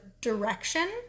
direction